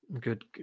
good